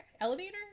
Elevator